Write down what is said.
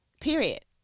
period